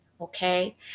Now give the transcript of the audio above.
okay